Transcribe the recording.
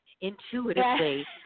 intuitively